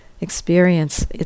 experience